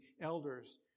elders